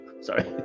Sorry